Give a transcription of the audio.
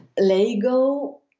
Lego